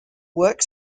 work